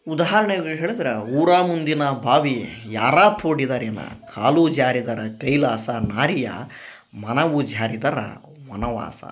ಉದಾಹರಣೆಗೆ ಹೇಳಿದ್ರ ಊರ ಮುಂದಿನ ಬಾವಿ ಯಾರ ತೋಡಿದರೇನ ಕಾಲು ಜಾರಿದರ ಕೈಲಾಸ ನಾರಿಯ ಮನುವು ಜಾರಿದರ ವನವಾಸ